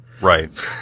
Right